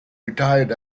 retired